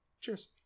cheers